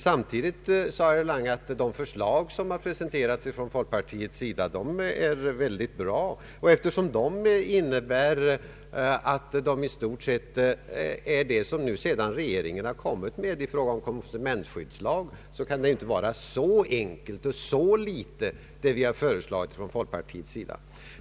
Samtidigt sade herr Lange att de förslag som presenterats från folkpartiets sida är bra. Eftersom dessa förslag i stort sett innehåller det som sedan regeringen har kommit med i fråga om konsumentskyddslag, kan det inte vara så enkelt och så litet som föreslagits från folkpartiets sida.